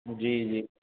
جی جی